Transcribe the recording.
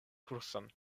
kurson